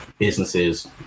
businesses